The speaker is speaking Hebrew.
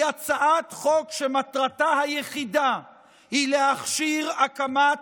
היא הצעת חוק שמטרתה היחידה היא להכשיר הקמת